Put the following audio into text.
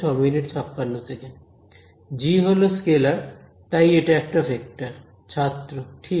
g হলো scalar তাই এটা একটা ভেক্টর ছাত্র ঠিক